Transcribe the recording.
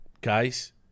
guys